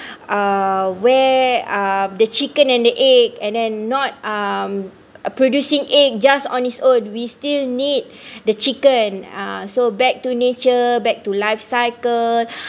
uh where uh the chicken and the egg and then not um uh producing egg just on its own we still need the chicken uh so back to nature back to life cycle